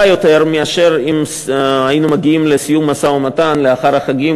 מאשר אם היינו מגיעים לסיום המשא-ומתן לאחר החגים,